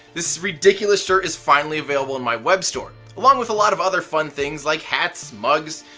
this ridiculous shirt is finally available in my web store, along with a lot of other fun things like hats, mugs,